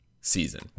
season